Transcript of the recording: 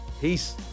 Peace